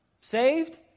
Saved